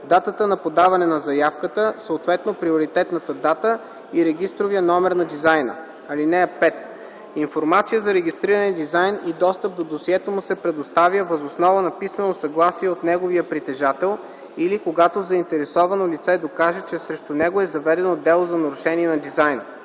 датата на подаване на заявката, съответно приоритетната дата, и регистровия номер на дизайна. (5) Информация за регистрирания дизайн и достъп до досието му се предоставя въз основа на писмено съгласие от неговия притежател или когато заинтересовано лице докаже, че срещу него е заведено дело за нарушение на дизайна.